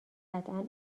قطعا